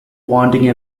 wanting